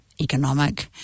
economic